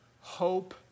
hope